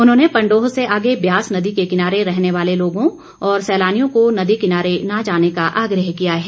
उन्होंने पंडोह से आगे ब्यास नदी के किनारे रहने वाले लोगों और सैलानियों को नदी किनारे न जाने का आग्रह किया है